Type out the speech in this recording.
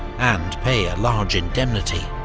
and pay a large indemnity.